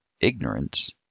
ignorance